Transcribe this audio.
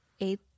Eight